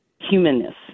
humanness